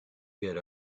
get